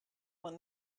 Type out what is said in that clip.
one